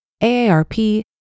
AARP